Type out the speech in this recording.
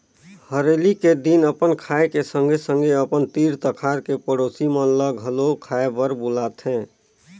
हरेली के दिन अपन खाए के संघे संघे अपन तीर तखार के पड़ोसी मन ल घलो खाए बर बुलाथें